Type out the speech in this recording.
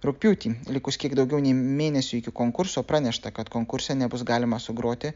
rugpjūtį likus kiek daugiau nei mėnesiui iki konkurso pranešta kad konkurse nebus galima sugroti